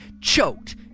choked